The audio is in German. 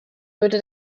würde